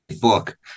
book